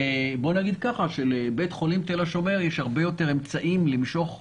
נאמר כך: לבית החולים תל השומר יש הרבה יותר אמצעים למשוך "כוכבים"